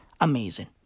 Amazing